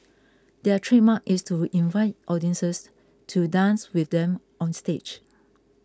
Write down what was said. their trademark is to invite audiences to dance with them on stage